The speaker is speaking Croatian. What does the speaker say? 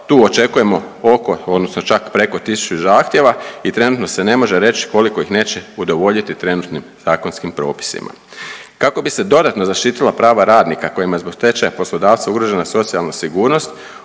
Tu očekujemo oko odnosno čak preko 1000 zahtjeva i trenutno se ne može reći koliko ih neće udovoljiti trenutnim zakonskim propisima. Kako bi se dodatno zaštitila prava radnika kojima je zbog stečaja poslodavca ugrožena socijalna sigurnost